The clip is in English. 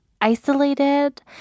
isolated